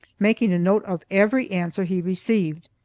making a note of every answer he received.